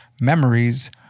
memories